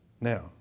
Now